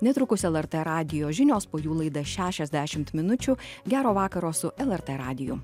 netrukus lrt radijo žinios po jų laida šešiasdešimt minučių gero vakaro su lrt radiju